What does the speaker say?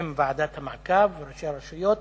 בשם ועדת המעקב וראשי הרשויות,